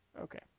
Okay